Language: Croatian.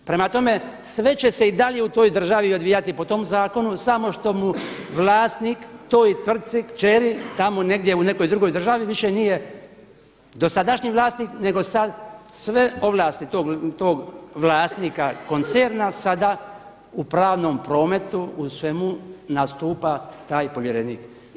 Prema tome, sve će se i dalje u toj državi odvijati po tom zakonu samo što mu vlasnik toj tvrtci kćer tamo negdje u nekoj drugoj državi više nije dosadašnji vlasnik nego sad sve ovlasti tog vlasnika koncerna sada u pravnom prometu u svemu nastupa taj povjerenik.